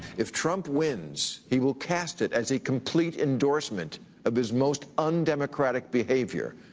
if trump wins he will cast it as a complete endorsement of his most undemocratic behavior.